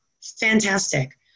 Fantastic